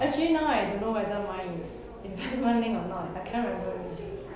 actually now I don't know whether mine is even earning or not eh I cannot remember already